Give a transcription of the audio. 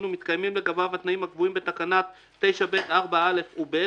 ומתקיימים לגביו התנאים הקבועים בתקנה 9(ב)(4)(א) ו-(ב),